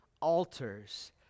altars